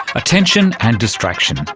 attention and distraction,